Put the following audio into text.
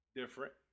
different